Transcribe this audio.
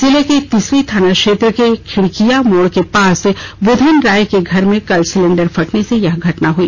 जिले के तिसरी थाना क्षेत्र के खिड़कियां मोड़ के पास बुधन राय के घर में कल सिलेंडर फटने से यह घटना हुई